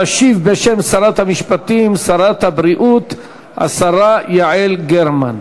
תשיב בשם שרת המשפטים שרת הבריאות, השרה יעל גרמן.